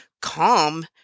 calm